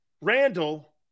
Randall